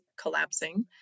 collapsing